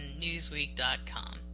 Newsweek.com